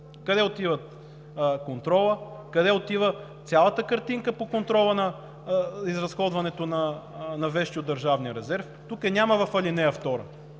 Къде отива контролът, къде отива цялата картинка по контрола на изразходването на вещи от Държавния резерв, тук няма в ал. 2